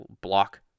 block